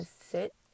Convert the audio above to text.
sit